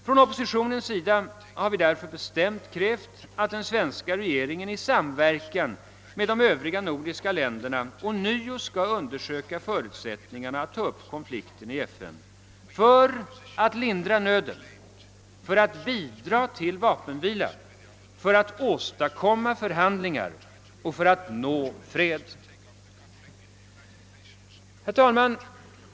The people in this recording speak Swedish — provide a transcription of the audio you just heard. Från oppositionens sida har vi därför med bestämdhet krävt att den svenska regeringen i samverkan med de övriga nordiska länderna på nytt skall undersöka förutsättningarna för att ta upp konflikten till behandling i FN, detta för att kunna lindra nöden, för att bidra till vapenvila och för att åstadkomma förhandlingar i syfte att nå fred. Herr talman!